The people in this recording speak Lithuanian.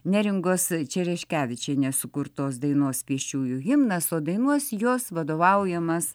neringos čereškevičienės sukurtos dainos pėsčiųjų himnas o dainuos jos vadovaujamas